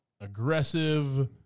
aggressive